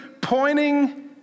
pointing